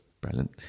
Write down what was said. brilliant